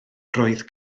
roedd